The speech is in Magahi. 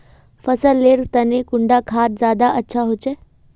फसल लेर तने कुंडा खाद ज्यादा अच्छा होचे?